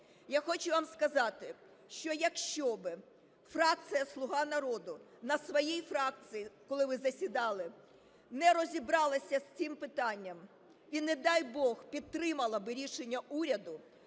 Я хочу вам сказати, що якщо би фракція "Слуга народу" на своїй фракції, коли ви засідали, не розібралася з цим питанням і, не дай Бог, підтримала би рішення уряду,